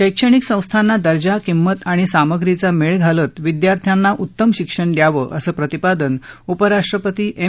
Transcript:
शैक्षणिक संस्थांना दर्जा किंमत आणि सामग्रीचा मेळ घालत विद्यार्थ्यांना उत्तम शिक्षण द्यावं असं प्रतिपादन उपराष्ट्रपती एम